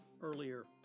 earlier